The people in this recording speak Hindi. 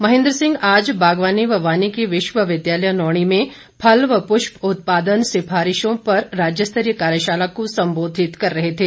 महेंद्र सिंह आज बागवानी व वानिकी विश्वविद्यालय नौणी में फल व पुष्प उत्पादन सिफारिशों पर राज्यस्तरीय कार्यशाला को संबोधित कर रहे थे